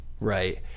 right